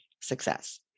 success